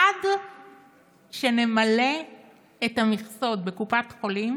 עד שנמלא את המכסות בקופת חולים